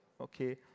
Okay